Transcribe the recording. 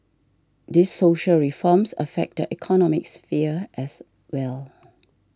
these social reforms affect the economic sphere as well